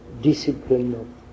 discipline